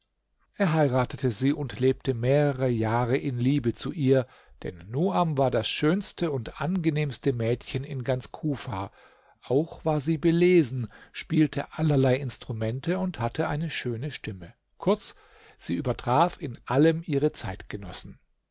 er heiratete sie und lebte mehrere jahre in liebe zu ihr denn nuam war das schönste und angenehmste mädchen in ganz kufa auch war sie belesen spielte allerlei instrumente und hatte eine schöne stimme kurz sie übertraf in allem ihre